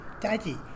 daddy